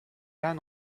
ran